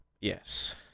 Yes